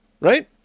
right